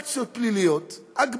סנקציות פליליות, הגבלות,